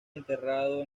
enterrado